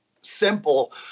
simple